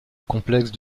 complexe